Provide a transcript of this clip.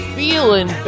feeling